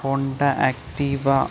Honda Activa